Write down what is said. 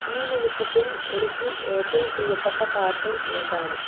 ഈ നിമിഷത്തില് എനിക്ക് ഏറ്റവും പ്രിയപ്പെട്ട പാട്ട് ഏതാണ്